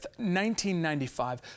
1995